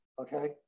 okay